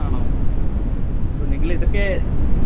ആണോ നിങ്ങളിതൊക്കെ